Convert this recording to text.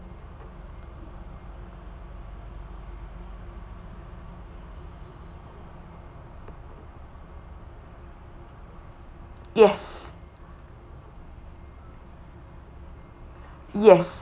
yes yes